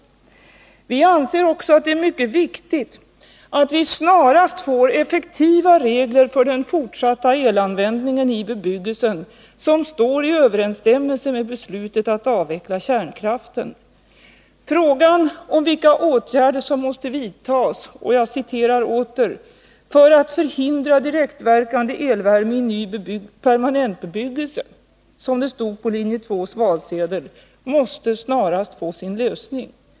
Vi anser också att det är mycket viktigt att vi snarast får effektiva regler för den fortsatta elanvändningen i bebyggelsen vilka står i överensstämmelse med beslutet att avveckla kärnkraften. Frågan om vilka åtgärder som måste vidtas ”för att förhindra direktverkande elvärme i ny permanentbebyggelse” , som det stod på linje 2:s valsedel, måste snarast få sin lösning.